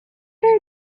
are